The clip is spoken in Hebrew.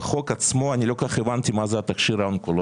בחוק עצמו אני לא כל כך הבנתי מה זה התכשיר האונקולוגי,